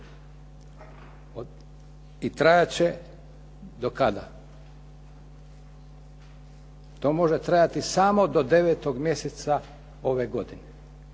I trajati će do kada? To može trajati samo do 9. mjeseca ove godine,